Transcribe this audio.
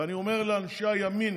ואני אומר לאנשי הימין,